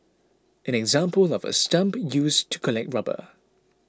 an example of a stump used to collect rubber